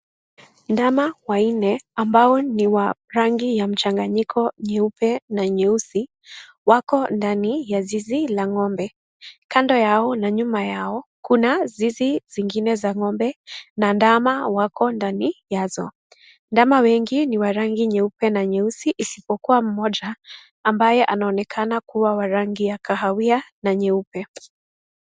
Ndama waine ambao ni wa rangi ya mchanganyikobyeupe na nyeusi, wako ndani ya zizi la ngombe, kando yao na nyuma yao, kuna zii zingine za ngombe na ndama wako ndani yazo, ndama wengi ni wa rangi nyeupe na nyeusi isipokuwa mmoja, ambaye anaonekana kuwa wa rangi ya kahawia na nyeupe.